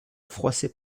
froissée